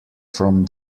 from